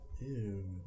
Ew